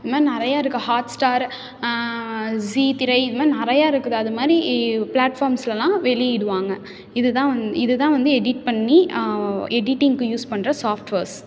இது மாதிரி நிறையா இருக்குது ஹாட் ஸ்டார் ஸீ திரை இது மாதிரி நிறையா இருக்குது அது மாதிரி ப்ளாட்ஃபார்ம்ஸுலலாம் வெளியிடுவாங்க இது தான் வந்து இது தான் வந்து எடிட் பண்ணி எடிட்டிங்குக்கு யூஸ் பண்ணுற சாஃப்ட்வேர்ஸ்